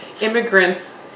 immigrants